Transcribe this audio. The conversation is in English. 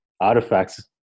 artifacts